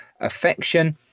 affection